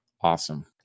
Awesome